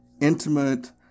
intimate